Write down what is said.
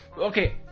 Okay